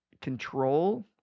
control